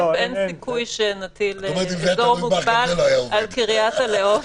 א', אין סיכוי שנטיל אזור מוגבל על קריית הלאום.